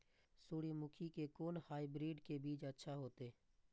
सूर्यमुखी के कोन हाइब्रिड के बीज अच्छा होते?